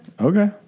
okay